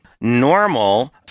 Normal